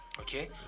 Okay